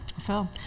Phil